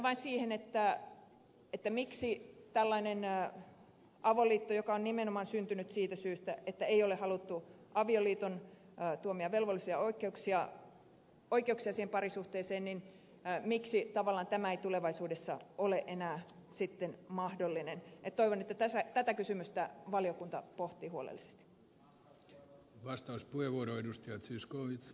lopetan siihen että miksi tällainen avoliitto joka on nimenomaan syntynyt siitä syystä että ei ole haluttu avioliiton tuomia velvollisuuksia ja oikeuksia parisuhteeseen ei tavallaan tulevaisuudessa ole enää mahdollinen toivon että tätä kysymystä valiokunta pohtii huolellisesti